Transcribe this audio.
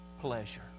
pleasure